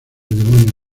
demonio